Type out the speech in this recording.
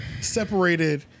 separated